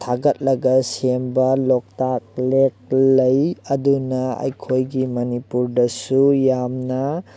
ꯊꯥꯒꯠꯂꯒ ꯁꯦꯝꯕ ꯂꯣꯛꯇꯥꯛ ꯂꯦꯛ ꯂꯩ ꯑꯗꯨꯅ ꯑꯩꯈꯣꯏꯒꯤ ꯃꯅꯤꯄꯨꯔꯗꯁꯨ ꯌꯥꯝꯅ